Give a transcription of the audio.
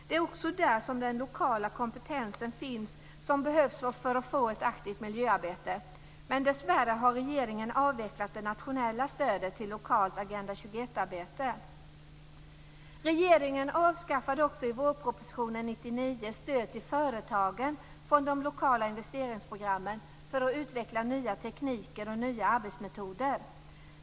Det är också där som den lokala kompetens finns som behövs för att få ett aktivt miljöarbetet. Men dessvärre har regeringen avvecklat det nationella stödet till lokalt Agenda-21-arbete. 1999 stöd till företagen från de lokala investeringsprogrammen för att utveckla nya tekniker och nya arbetsmetoder.